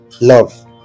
love